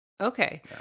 Okay